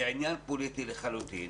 זה עניין פוליטי לחלוטין.